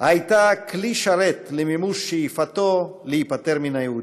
הייתה כלי שרת למימוש שאיפתו להיפטר מהיהודים.